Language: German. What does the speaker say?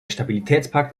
stabilitätspakt